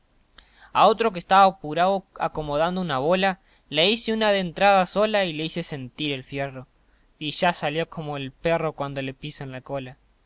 a otro que estaba apurao acomodando una bola le hice una dentrada sola y le hice sentir el fierro y ya salió como el perro cuando le pisan la cola